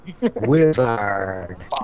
Wizard